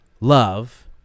love